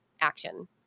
action